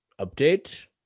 update